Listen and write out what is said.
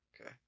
Okay